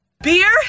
beer